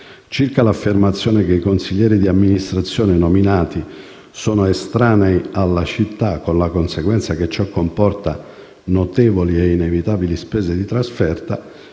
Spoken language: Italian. Circa l'affermazione che i consiglieri di amministrazione nominati sono «estranei alla città», con la conseguenza che ciò comporta «notevoli ed inevitabili spese di trasferta»,